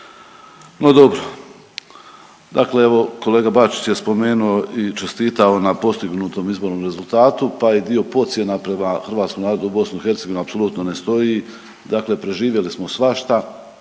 No, dobro. Dakle, evo kolega Bačić je spomenuo i čestitao na postignutom izbornom rezultatu pa i dio pocjena prema hrvatskom narodu u BiH apsolutno ne stoji, dakle preživjeli smo svašta,